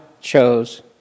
chose